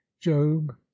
job